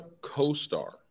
co-star